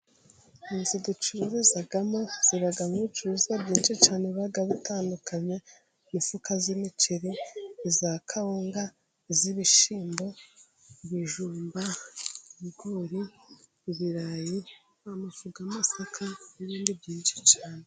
Inzu ducururizamo ziba mucuruzwa byinshi cyane biba batandukanye, imifuka y'imiceri, iya kawunga, iy'ibishyimbo, ibijumba, ibigori, ibirayi, amafu y'amasaka n'ibindi byinshi cyane.